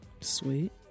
sweet